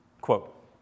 quote